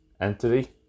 entity